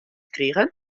krige